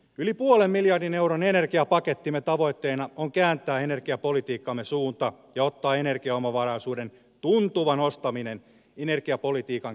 yli puolen miljardin euron energiapakettimme tavoitteena on kääntää energiapolitiikkamme suunta ja ottaa energiaomavaraisuuden tuntuva nostaminen energiapolitiikan keskeiseksi tavoitteeksi